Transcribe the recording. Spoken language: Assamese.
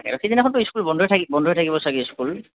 সিদিনাখনতো স্কুল বন্ধ থাকিব বন্ধই থাকিব চাগে স্কুল